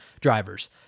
drivers